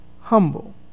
humble